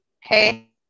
Hey